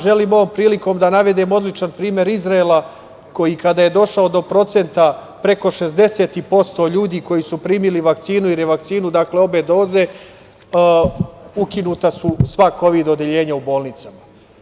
Želim ovom prilikom da navedem odličan primer Izraela, koji kada je došao do procenta preko 60% ljudi koji su primili vakcinu i revakcinu, dakle obe doze, ukinuta su sva kovid odeljenja u bolnicama.